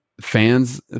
fans